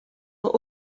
were